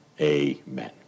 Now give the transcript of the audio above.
Amen